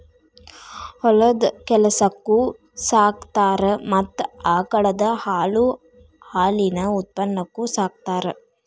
ಹೊಲದ ಕೆಲಸಕ್ಕು ಸಾಕತಾರ ಮತ್ತ ಆಕಳದ ಹಾಲು ಹಾಲಿನ ಉತ್ಪನ್ನಕ್ಕು ಸಾಕತಾರ